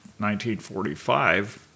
1945